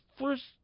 first